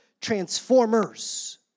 transformers